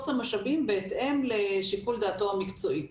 את המשאבים בהתאם לשיקול דעתו המקצועית.